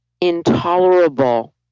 intolerable